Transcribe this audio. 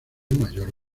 mayor